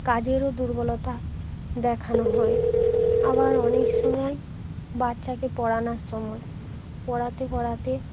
কাজেরও দুর্বলতা দেখানো হয় আবার অনেক সময় বাচ্ছাকে পড়ানোর সময় পড়াতে পড়াতে